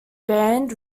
band